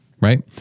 right